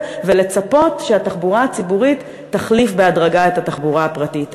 ולצפות שהתחבורה הציבורית תחליף בהדרגה את התחבורה הפרטית.